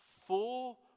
full